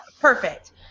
Perfect